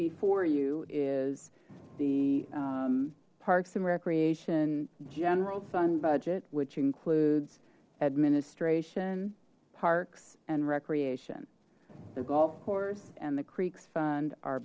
before you is the parks and recreation general fund budget which includes administration parks and recreation the golf course and the creeks fund